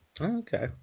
Okay